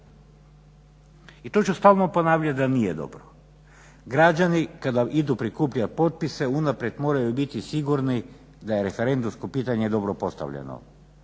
I to ću stalno ponavljat da nije dobro. Građani kada idu prikupljat potpise unaprijed moraju biti sigurni da je referendumsko pitanje dobro postavljeno.